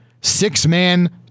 six-man